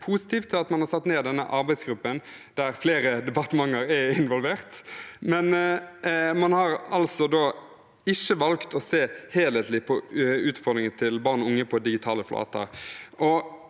innlegg, positiv til at man har satt ned denne arbeidsgruppen, der flere departementer er involvert, men man har da ikke valgt å se helhetlig på utfordringen til barn og unge på digitale flater.